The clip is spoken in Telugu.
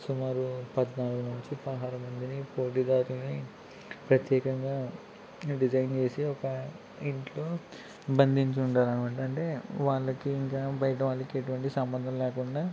సుమారు పద్నాలుగు నుంచి పదహారు మందిని పోటీదారులని ప్రత్యేకంగా డిజైన్ చేసి ఒక ఇంట్లో బంధించి ఉంటారనమాట అంటే వాళ్ళకి ఇంకా బయటి వాళ్ళకి ఎటువంటి సంబంధం లేకుండా